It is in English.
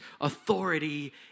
authority